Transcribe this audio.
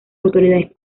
autoridades